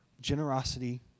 generosity